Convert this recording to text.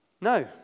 no